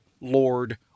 Lord